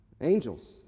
angels